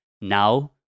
Now